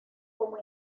como